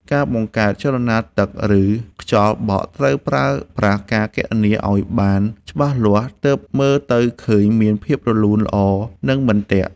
ការបង្កើតចលនាទឹក ឬខ្យល់បក់ត្រូវប្រើប្រាស់ការគណនាឱ្យបានច្បាស់លាស់ ទើបមើលទៅឃើញមានភាពរលូនល្អនិងមិនទាក់។